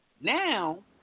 Now